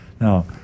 Now